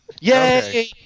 Yay